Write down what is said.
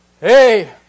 Hey